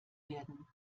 werden